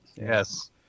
Yes